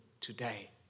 today